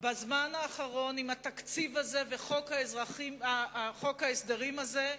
בזמן האחרון עם התקציב הזה וחוק ההסדרים הזה,